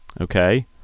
Okay